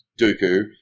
Dooku